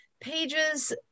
pages